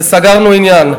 וסגרנו עניין.